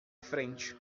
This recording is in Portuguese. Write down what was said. frente